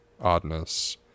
oddness